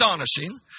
astonishing